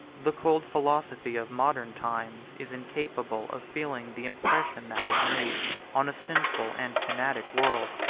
the cold philosophy of modern times is incapable of feeling the impression that was made on a sinful and fanatic world.